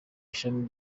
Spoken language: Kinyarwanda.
ishami